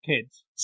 kids